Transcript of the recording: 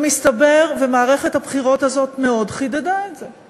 ומסתבר, ומערכת הבחירות הזאת מאוד חידדה את זה,